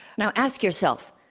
now, ask yourself,